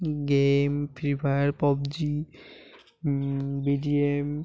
game free fire PUBG B G A M